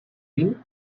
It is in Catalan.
prim